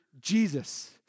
Jesus